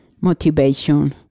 motivation